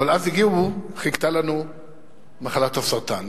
אבל אז חיכתה לנו מחלת הסרטן.